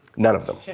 none of them.